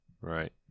Right